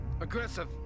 Aggressive